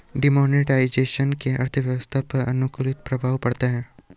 demonetisation से अर्थव्यवस्था पर प्रतिकूल प्रभाव पड़ता है